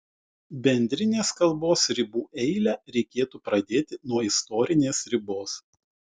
bendrinės kalbos ribų eilę reikėtų pradėti nuo istorinės ribos